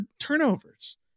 turnovers